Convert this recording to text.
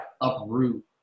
uproot